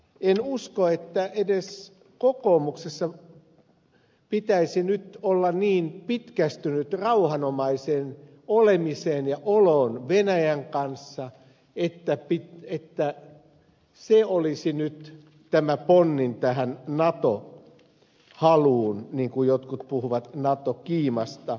en usko että edes kokoomuksessa pitäisi nyt olla niin pitkästynyt rauhanomaiseen olemiseen ja oloon venäjän kanssa että se olisi nyt tämä ponnin tähän nato haluun niin kuin jotkut puhuvat nato kiimasta